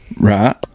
Right